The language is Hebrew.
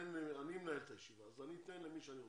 אני מנהל את הישיבה אז אני אתן למי שאני רוצה.